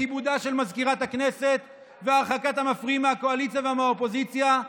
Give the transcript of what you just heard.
וכיבודה של מזכירת הכנסת והרחקת המפריעים מהקואליציה ומהאופוזיציה,